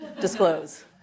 disclose